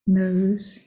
nose